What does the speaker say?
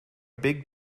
big